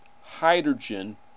hydrogen